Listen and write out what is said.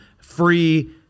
free